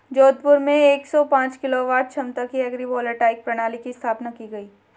जोधपुर में एक सौ पांच किलोवाट क्षमता की एग्री वोल्टाइक प्रणाली की स्थापना की गयी